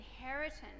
inheritance